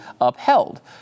upheld